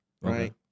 Right